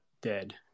dead